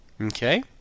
okay